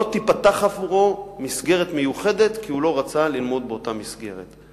לא תיפתח עבורו מסגרת מיוחדת כי הוא לא רצה ללמוד באותה מסגרת.